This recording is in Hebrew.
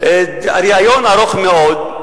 "הבוקר הזה" ריאיון ארוך מאוד,